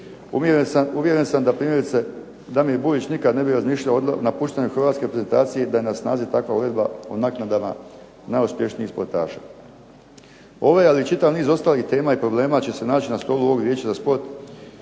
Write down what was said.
Uvjeren sam da primjerice Damir Bujić nikad ne bi razmišljao o napuštanju hrvatske reprezentacije da je na snazi takva odredba o naknadama najuspješnijih sportaša. Ovaj, ali i čitav niz ostalih tema i problema će se naći na stolu ovog vijeća za sport